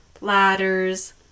ladders